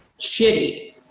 Shitty